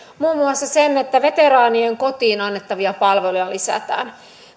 muassa sen että veteraanien kotiin annettavia palveluja lisätään